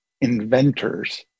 inventors